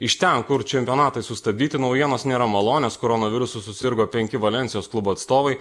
iš ten kur čempionatai sustabdyti naujienos nėra malonios koronavirusu susirgo penki valensijos klubo atstovai